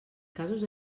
casos